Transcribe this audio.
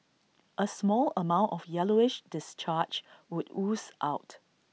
A small amount of yellowish discharge would ooze out